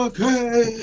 Okay